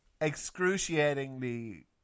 excruciatingly